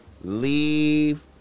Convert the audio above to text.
leave